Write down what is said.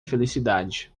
felicidade